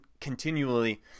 continually